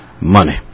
Money